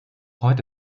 heute